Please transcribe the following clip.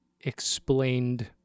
explained